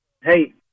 Hey